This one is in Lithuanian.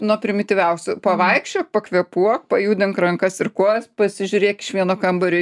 nuo primityviausių pavaikščiok pakvėpuok pajudink rankas ir kojas pasižiūrėk iš vieno kambario